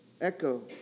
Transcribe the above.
echo